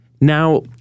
Now